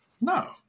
No